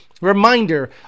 reminder